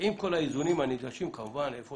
עם כל האיזונים הנדרשים, כמובן איפה